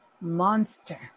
monster